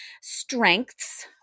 Strengths